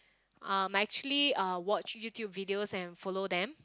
um I actually uh watch YouTube videos and follow them